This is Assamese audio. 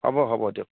হ'ব হ'ব দিয়ক